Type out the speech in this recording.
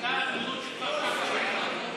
כל מי שמעוניין להצביע,